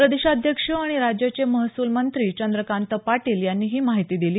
प्रदेशाध्यक्ष आणि राज्याचे महसूलमंत्री चंद्रकांत पाटील यांनी ही माहिती दिली